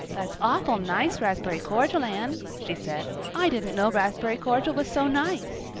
that's awfully nice raspberry cordial, anne, she said. i didn't know raspberry cordial was so nice.